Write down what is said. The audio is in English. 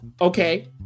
okay